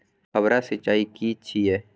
फव्वारा सिंचाई की छिये?